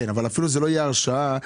זאת לא תהיה הרשאה.